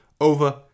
over